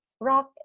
rock